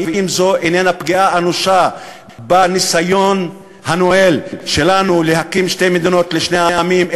ואם זו איננה פגיעה אנושה בניסיון שלנו להקים שתי מדינות לשני עמים,